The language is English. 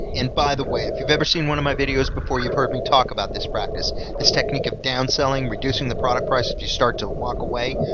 and, by the way, if you've ever seen one of my videos before, you've heard me talk about this practice this technique of downselling reducing the product price if you start to walk away.